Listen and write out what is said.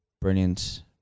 brilliant